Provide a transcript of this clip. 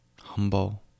humble